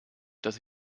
dass